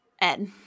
Ed